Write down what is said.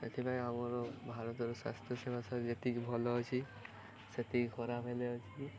ସେଥିପାଇଁ ଆମର ଭାରତର ସ୍ୱାସ୍ଥ୍ୟ ସେବା ସାର୍ ଯେତିକି ଭଲ ଅଛି ସେତିକି ଖରାପ ହେଲେ ଅଛି